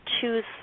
choose